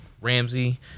ramsey